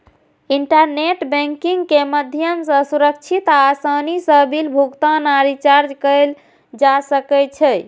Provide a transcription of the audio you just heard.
internet banking के माध्यम सं सुरक्षित आ आसानी सं बिल भुगतान आ रिचार्ज कैल जा सकै छै